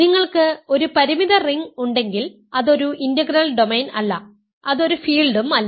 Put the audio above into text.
നിങ്ങൾക്ക് ഒരു പരിമിത റിംഗ് ഉണ്ടെങ്കിൽ അത് ഒരു ഇന്റഗ്രൽ ഡൊമെയ്ൻ അല്ല അത് ഒരു ഫീൽഡും അല്ല